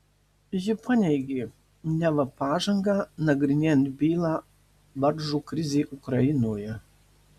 ji paneigė neva pažangą nagrinėjant bylą varžo krizė ukrainoje